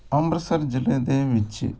ਅੰਮ੍ਰਿਤਸਰ ਜ਼ਿਲ੍ਹੇ ਦੇ ਵਿੱਚ